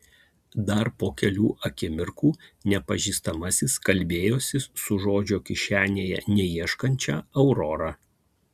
dar po kelių akimirkų nepažįstamasis kalbėjosi su žodžio kišenėje neieškančia aurora